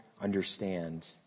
understand